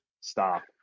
Stop